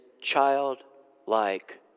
childlike